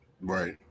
Right